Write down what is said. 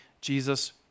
Jesus